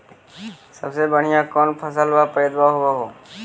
सबसे बढ़िया कौन फसलबा पइदबा होब हो?